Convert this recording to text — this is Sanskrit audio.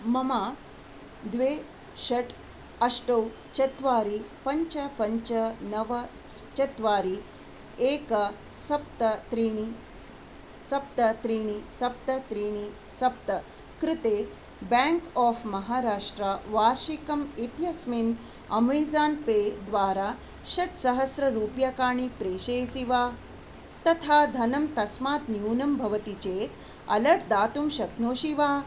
मम द्वे षट् अष्ट चत्वारि पञ्च पञ्च नव चत्वारि एकं सप्त त्रीणि सप्त त्रीणि सप्त त्रीणि सप्त कृते बाङ्क् ओफ् महाराष्ट्रा वार्षिकम् इत्यस्मिन् अमेझोन् पे द्वारा षट्सहस्त्ररूप्यकाणि प्रेषयसि वा तथा धनं तस्मात् न्यूनं भवति चेत् अलर्ट् दातुं शक्नोषि वा